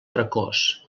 precoç